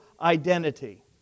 identity